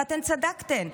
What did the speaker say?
ואתן צדקתן.